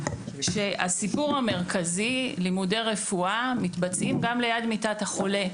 שהסיפור המרכזי הוא שלימוד רפואה מתבצעים גם ליד מיטת החולה.